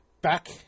Back